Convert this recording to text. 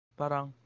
parang